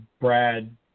Brad